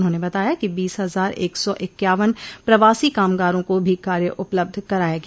उन्होंने बताया कि बीस हजार एक सौ इक्यावन प्रवासी कामगारों को भी कार्य उपलब्ध कराया गया